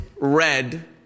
red